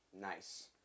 Nice